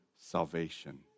salvation